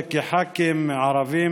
כח"כים ערבים,